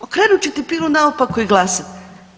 Okrenut ćete pilu naopako i glasati.